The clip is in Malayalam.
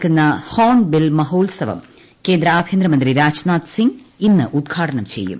നടക്കുന്ന ഹോൺബിൽ മഹോൽസവം കേന്ദ്ര ആഭ്യന്തരമന്ത്രി രാജ്നാഥ് സിംഗ് ഇന്ന് ഉദ്ഘാടനം ചെയ്യും